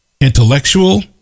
intellectual